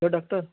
hello doctor